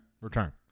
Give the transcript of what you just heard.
Return